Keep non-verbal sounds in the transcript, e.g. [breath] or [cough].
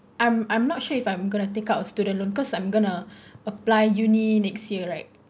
I'm I'm not sure if I'm going to take out a student loan because I'm going to [breath] apply uni next year right